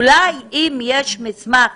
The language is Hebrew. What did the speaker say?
אולי אם יש מסמך